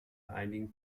einigen